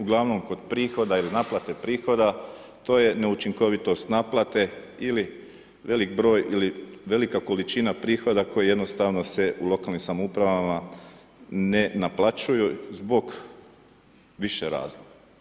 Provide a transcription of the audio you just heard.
Uglavnom kod prihoda ili naplate prihoda, to je neučinkovitost naplate ili velik broj ili velika količina prihoda koji jednostavno se u lokalnim samoupravama ne naplaćuju zbog više razloga.